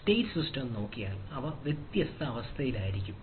state system നോക്കിയാൽ അത് വ്യത്യസ്ത അവസ്ഥയിലായിരിക്കും